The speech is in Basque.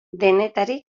denetarik